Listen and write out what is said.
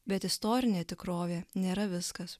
bet istorinė tikrovė nėra viskas